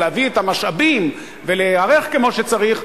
אבל להביא את המשאבים ולהיערך כמו שצריך,